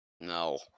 No